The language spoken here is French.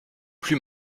plus